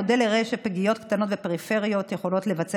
המודל הראה שפגיות קטנות בפריפריות יכולות לבצע